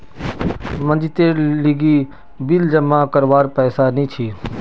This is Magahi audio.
मनजीतेर लीगी बिल जमा करवार पैसा नि छी